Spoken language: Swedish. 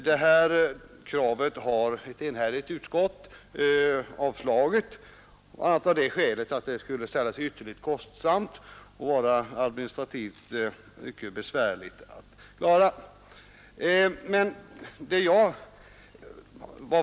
Detta krav har ett enhälligt utskott avslagit bl.a. därför att det skulle ställa sig ytterligt kostsamt och vara administrativt mycket besvärligt med nuvarande manuella arbetsrutiner.